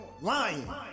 Lying